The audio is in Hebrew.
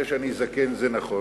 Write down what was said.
זה שאני זקן זה נכון.